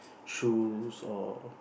shoes or